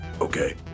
Okay